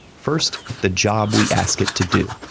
first, the job we ask it to do.